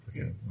Okay